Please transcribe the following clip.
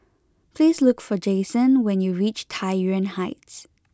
please look for Jasen when you reach Tai Yuan Heights